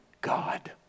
God